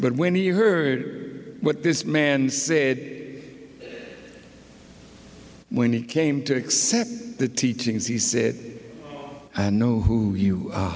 but when you heard what this man said it when it came to accept the teachings he said i know who you are